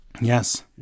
Yes